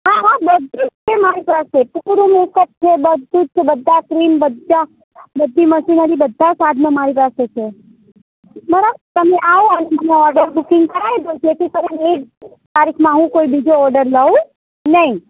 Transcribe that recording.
હા હા બધું જ છે મારી પાસે પૂરો મેકઅપ છે બધું જ છે બધા જ ક્રીમ બધા બધી મશીનરી બધા સાધનો મારી પાસે છે બરાબર તમે આવો અને મને ઓર્ડર બૂકિંગ કરાવી દો જેથી કરીને હું એ તારીખમાં હું બીજે ઓર્ડર લઉં નહીં